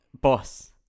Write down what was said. Boss